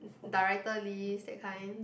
director list that kind